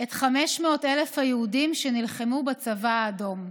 את 500,000 היהודים שנלחמו בצבא האדום.